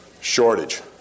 Shortage